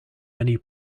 many